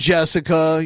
Jessica